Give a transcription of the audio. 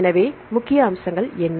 எனவே முக்கிய அம்சங்கள் என்ன